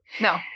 No